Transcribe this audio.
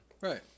Right